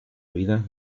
vida